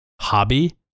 hobby